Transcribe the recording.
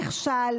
נכשל.